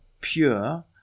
pure